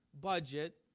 budget